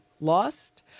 lost